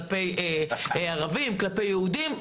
כלפי ערבים ויהודים,